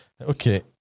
Okay